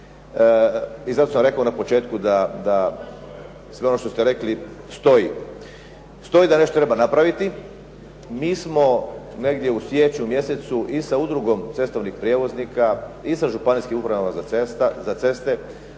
I zato sam rekao na početku da sve ono što ste rekli stoji, stoji da nešto treba napraviti. Mi smo negdje u siječnju mjesecu i sa Udrugom cestovnih prijevoznika i sa županijskim upravama za ceste